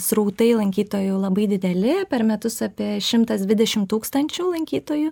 srautai lankytojų labai dideli per metus apie šimtas dvidešim tūkstnčių lankytojų